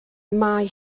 mae